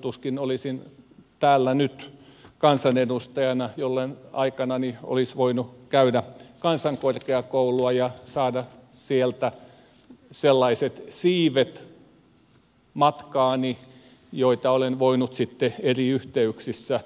tuskin olisin täällä nyt kansanedustajana jollen aikanani olisi voinut käydä kansankorkeakoulua ja saada sieltä sellaisia siipiä matkaani joita olen voinut sitten eri yhteyksissä